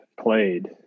played